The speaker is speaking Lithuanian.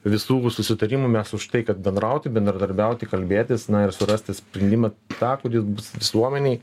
visų susitarimų mes už tai kad bendrauti bendradarbiauti kalbėtis na ir surasti sprindimą tą kuris bus visuomenei